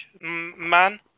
Man